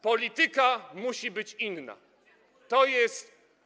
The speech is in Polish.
Polityka musi być inna, to jest.